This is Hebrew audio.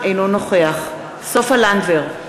אינו נוכח סופה לנדבר,